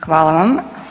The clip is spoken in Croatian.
Hvala vam.